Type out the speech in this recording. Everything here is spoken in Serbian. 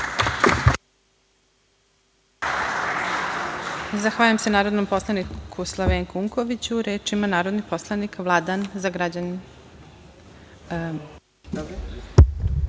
Zahvaljujem se narodnom poslaniku Slavenku Unkoviću. Reč ima narodni poslanik Vladan Zagrađanin.